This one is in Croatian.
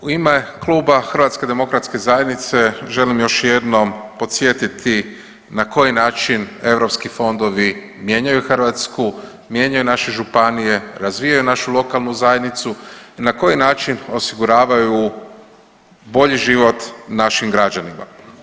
U ime Kluba HDZ-a želim još jednom podsjetiti na koji način europski fondovi mijenjaju Hrvatsku, mijenjaju naše županije, razvijaju našu lokalnu zajednicu i na koji način osiguravaju bolji život našim građanima.